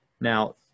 Now